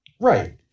Right